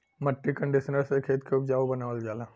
मट्टी कंडीशनर से खेत के उपजाऊ बनावल जाला